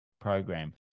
program